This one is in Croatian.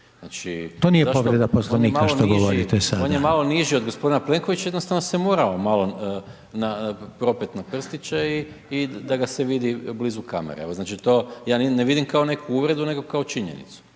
To nije povreda Poslovnika što govorite sada/…zašto, on je malo niži, on je malo niži od g. Plenkovića, jednostavno se morao malo propeti na prstiće i da ga se vidi blizu kamere, jel znači to ja ne vidim kao neku uvredu, nego kao činjenicu.